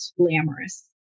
glamorous